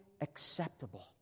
acceptable